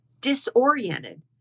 disoriented